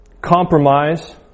compromise